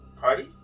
Party